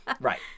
Right